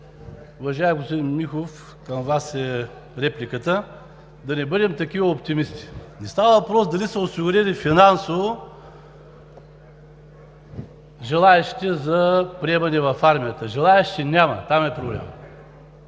уважаеми господин Михов, към Вас е репликата, да не бъдем такива оптимисти. Не става въпрос дали са осигурени финансово желаещите за приемане в армията. Желаещи няма, там е проблемът.